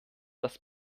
das